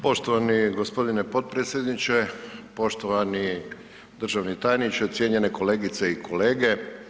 Poštovani gospodine potpredsjedniče, poštovani državni tajniče, cijenjene kolegice i kolege.